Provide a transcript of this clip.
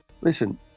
Listen